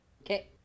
Okay